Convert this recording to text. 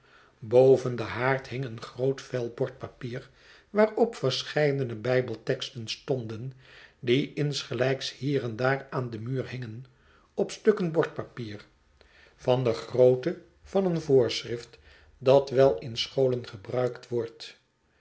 den haard hing een groot vel bordpapier waarop verscheidene btjbelteksten stonden die insgelijks hier en daar aan den muur hingen op stukken bordpapier van de grootte van een voorschrift dat wel in scholen gebruikt wordt